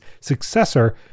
successor